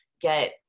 get